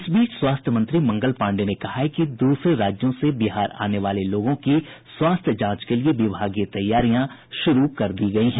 इस बीच स्वास्थ्य मंत्री मंगल पांडेय ने कहा है कि दूसरे राज्यों से बिहार आने वाले लोगों की स्वास्थ्य जांच के लिये विभागीय तैयारियां शुरू कर दी गयी हैं